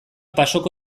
pasoko